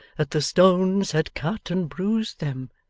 that the stones had cut and bruised them.